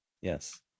Yes